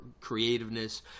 creativeness